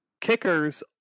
Kickers